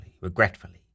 regretfully